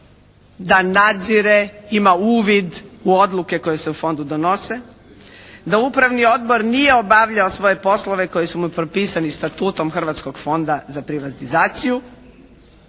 da nadzire, ima uvid u odluke koje se u fondu donose, da upravni odbor nije obavljao svoje poslove koji su mu propisani Statutom Hrvatskog fonda za privatizaciju,